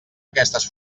aquestes